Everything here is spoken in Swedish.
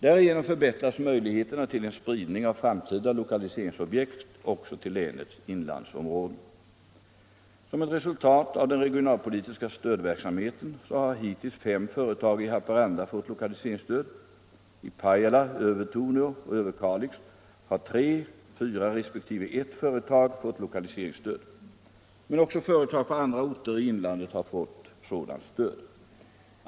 Därigenom förbättras möjligheterna till en spridning av framtida lokaliseringsobjekt också till länets inlandsområden. Som ett resultat av den regionalpolitiska stödverksamheten har hittills fem företag i Haparanda fått lokaliseringsstöd. I Pajala, Övertorneå och Överkalix har tre, fyra resp. ett företag fått lokaliseringsstöd. Men också företag på andra orter i inlandet har fått sådant stöd.